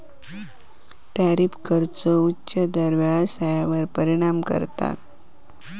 tariff कराचो उच्च दर व्यवसायावर परिणाम करता